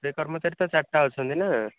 ସେ କର୍ମଚାରୀ ତ ଚାରିଟା ଅଛନ୍ତି ନା